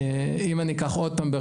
עוד פעם,